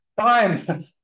time